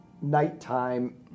nighttime